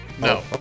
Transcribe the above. No